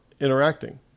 interacting